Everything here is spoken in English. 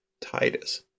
Titus